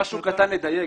משהו קטן לדייק.